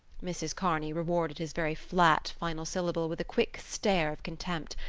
mrs. kearney rewarded his very flat final syllable with a quick stare of contempt,